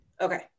Okay